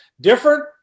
Different